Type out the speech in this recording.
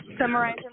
Summarize